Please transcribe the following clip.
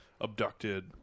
abducted